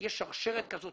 שיש שרשרת כזאת